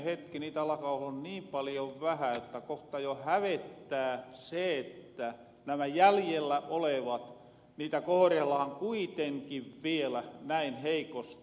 niitä alakaa olla niin paljon vähän että kohta jo hävettää se että nämä jäljellä olevat niitä kohorellahan kuitenkin vielä näin heikosti